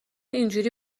اینجوری